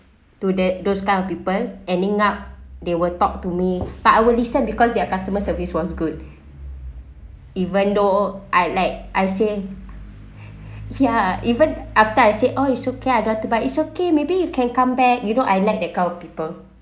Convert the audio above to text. to that those kind of people ending up they will talk to me but I will listen because their customer service was good even though I like I say ya even after I said oh it's okay I don't want to buy it's okay maybe you can come back you know I like that kind of people